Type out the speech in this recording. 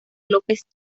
lópez